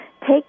Take